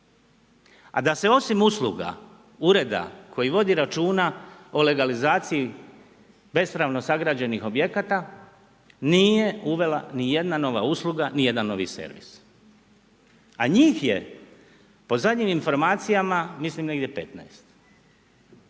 a da se osim usluga ureda koji vodi računa o legalizaciji bespravno sagrađenih objekata nije uvela nijedna nova usluga, nijedan novi servis. A njih je po zadnjim informacijama mislim negdje 15.